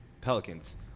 Pelicans